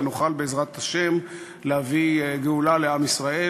ונוכל בעזרת השם להביא גאולה לעם ישראל